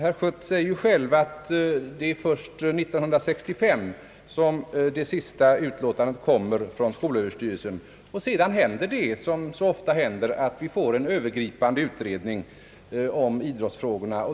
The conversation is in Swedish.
Herr Schött säger själv att det var först 1965 som det sista utlåtandet kom från skolöverstyrelsen, och sedan händer det som så ofta inträffar att vi får en övergripande utredning om idrottsfrågorna.